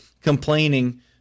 complaining